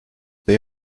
they